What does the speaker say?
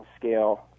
scale